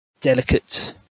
delicate